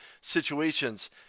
situations